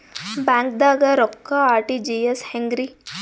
ಬ್ಯಾಂಕ್ದಾಗ ರೊಕ್ಕ ಆರ್.ಟಿ.ಜಿ.ಎಸ್ ಹೆಂಗ್ರಿ?